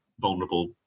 vulnerable